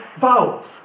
vowels